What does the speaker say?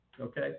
Okay